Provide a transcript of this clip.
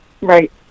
right